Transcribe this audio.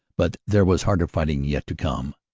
but there was harder fighting yet to come.